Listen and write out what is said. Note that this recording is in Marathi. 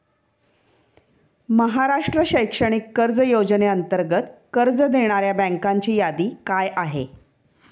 महाराष्ट्र शैक्षणिक कर्ज योजनेअंतर्गत कर्ज देणाऱ्या बँकांची यादी काय आहे?